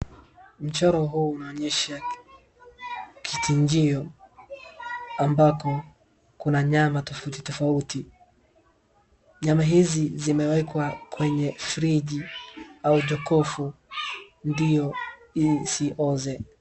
Mchoro huu unaonyesha kichinjio ambako kuna nyama tofauti tofauti. Nyama hizi zimewekwa kwenye friji au chokofu. Ndio isioze.